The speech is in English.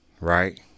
right